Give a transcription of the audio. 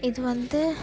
இது வந்து